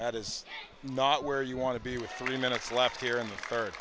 that is not where you want to be with three minutes left here in the third